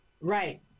Right